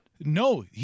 No